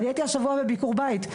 אני הייתי השבוע בביקור בית,